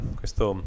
questo